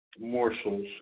morsels